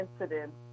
incidents